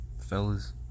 fellas